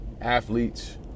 athletes